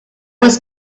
was